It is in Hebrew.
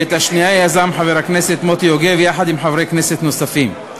ואת השנייה יזם חבר הכנסת מוטי יוגב יחד עם חברי כנסת נוספים.